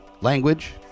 language